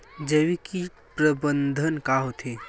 जैविक कीट प्रबंधन का होथे?